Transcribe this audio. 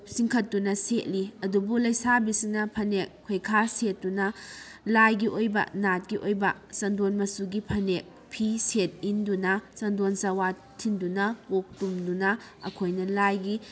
ꯆꯤꯡꯈꯠꯇꯨꯅ ꯁꯦꯠꯂꯤ ꯑꯗꯨꯕꯨ ꯂꯩꯁꯥꯕꯤꯁꯤꯡꯅ ꯐꯅꯦꯛ ꯈꯣꯏꯈꯥ ꯁꯦꯠꯇꯨꯅ ꯂꯥꯏꯒꯤ ꯑꯣꯏꯕ ꯅꯥꯠꯀꯤ ꯑꯣꯏꯕ ꯆꯟꯗꯣꯟ ꯃꯆꯨꯒꯤ ꯐꯅꯦꯛ ꯐꯤ ꯁꯦꯠ ꯏꯟꯗꯨꯅ ꯆꯟꯗꯣꯟ ꯆꯋꯥ ꯊꯤꯟꯗꯨꯅ ꯀꯣꯛ ꯇꯨꯝꯗꯨꯅ ꯑꯩꯈꯣꯏꯅ ꯂꯥꯏꯒꯤ